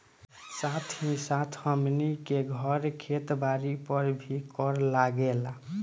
साथ ही साथ हमनी के घर, खेत बारी पर भी कर लागेला